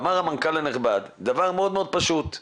והמנכ"ל הנכבד אמר דבר פשוט מאוד,